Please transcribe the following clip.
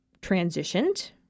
transitioned